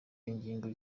ingingo